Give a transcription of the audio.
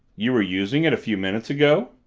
you were using it a few minutes ago?